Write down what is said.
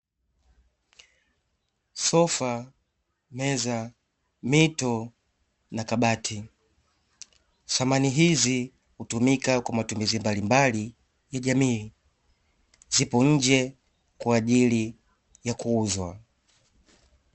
Sofa, meza, mito na kabati. Samani hizi hutumika kwa matumizi mbalimbali ya jamii, zipo nje kwaajili ya kuuzwa.